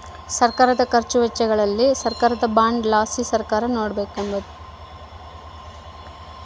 ಸರ್ಕಾರುದ ಖರ್ಚು ವೆಚ್ಚಗಳಿಚ್ಚೆಲಿ ಸರ್ಕಾರದ ಬಾಂಡ್ ಲಾಸಿ ಸರ್ಕಾರ ನೋಡಿಕೆಂಬಕತ್ತತೆ